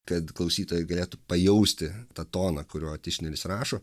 kad klausytojai galėtų pajausti tą toną kuriuo tišneris rašo